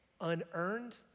Unearned